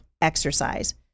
exercise